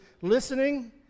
listening